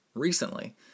Recently